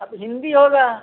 अब हिन्दी होगा